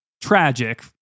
tragic